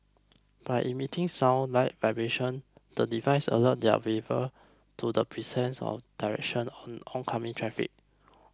by emitting sound light and vibrations the devices alert their wearer to the presence and direction of oncoming traffic